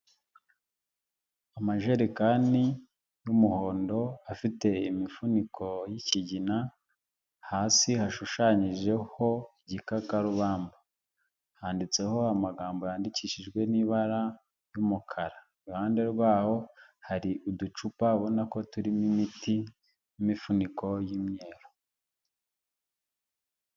Amajerekani y'umuhondo, afite imifuniko y'ikigina, hasi hashushanyijeho igikakarubamba. Handitseho amagambo yandikishijwe n'ibara ry'umukara. Iruhande rwaho hari uducupa abona ko turimo imiti n'imifuniko y'imyeru.